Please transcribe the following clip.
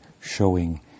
showing